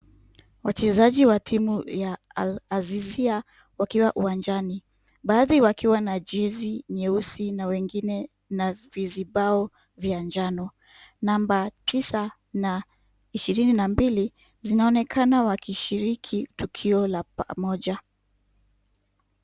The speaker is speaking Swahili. Wachezaji wa timu ya Al-azizia wakiwa uwanjani. Baadhi wakiwa na jezi nyeusi na wengine vizibao vya njano. Namba tisa na ishirini na mbili zinaonekana wakishiriki tukio la pamoja.